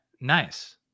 nice